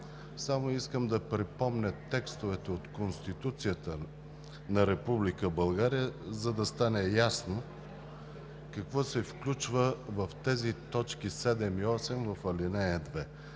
Само искам да припомня текстовете от Конституцията на Република България, за да стане ясно какво се включва в тези точки 7 и 8 в ал. 2.